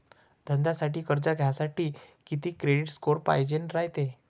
धंद्यासाठी कर्ज घ्यासाठी कितीक क्रेडिट स्कोर पायजेन रायते?